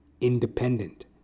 Independent